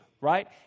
right